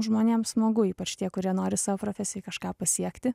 žmonėms smagu ypač tie kurie nori savo profesijoj kažką pasiekti